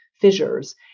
fissures